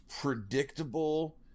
predictable